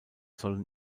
sollen